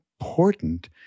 important